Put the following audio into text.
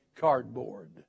cardboard